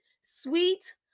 sweet